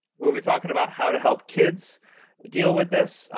will be talking about how to help kids deal with this,